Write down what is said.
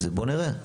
בואו נראה.